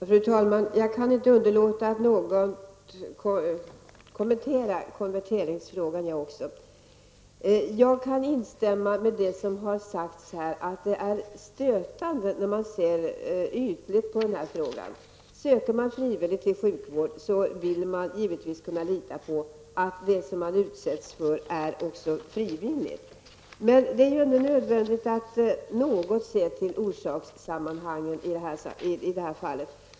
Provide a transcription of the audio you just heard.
Fru talman! Jag kan inte underlåta att något kommentera konverteringsfrågan. Jag kan instämma med det som sagts att det är stötande när man ser ytligt på denna fråga. Söker man sig frivilligt till sjukvård bör man givetvis kunna lita på att det som man utsätts för också är frivilligt. Men det är nödvändigt att något se till orsakssammanhangen i detta fall.